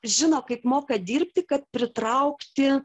žino kaip moka dirbti kad pritraukti